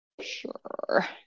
Sure